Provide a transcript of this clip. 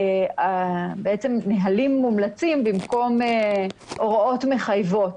נהלים מומלצים במקום הוראות מחייבות.